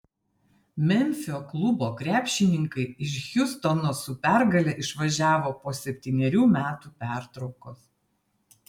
memfio klubo krepšininkai iš hjustono su pergale išvažiavo po septynerių metų pertraukos